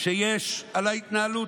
שיש על ההתנהלות,